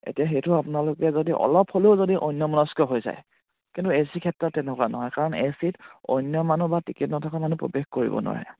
এতিয়া সেইটো আপোনালোকে যদি অলপ হ'লেও যদি অন্যমনস্ক হৈ যায় কিন্তু এ চিৰ ক্ষেত্ৰত তেনেকুৱা নহয় কাৰণ এ চিত অন্য মানুহ বা টিকেট নথকা মানুহ প্ৰৱেশ কৰিব নোৱাৰে